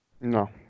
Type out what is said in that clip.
No